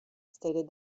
stated